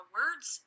words